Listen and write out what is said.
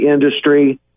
industry